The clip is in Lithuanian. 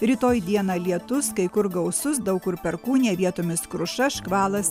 rytoj dieną lietus kai kur gausus daug kur perkūnija vietomis kruša škvalas